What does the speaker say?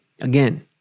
Again